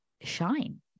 shine